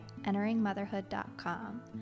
enteringmotherhood.com